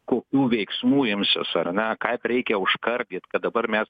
kokių veiksmų imsiuos ar ne ką reikia užkardyt kad dabar mes